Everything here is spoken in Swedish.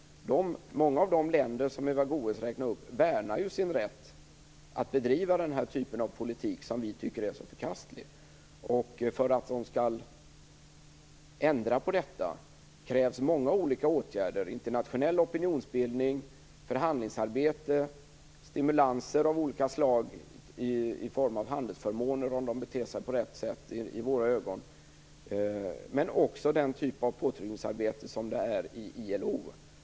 Många av de länder som Eva Goës räknade upp värnar ju sin rätt att bedriva den här typen av politik som vi tycker är så förkastlig. För att de skall ändra på detta krävs många olika åtgärder: internationell opinionsbildning, förhandlingsarbete, stimulanser i form av olika handelsförmåner, om de i våra ögon beter sig på rätt sätt, men också den typ av påtryckningsarbete som sker i ILO.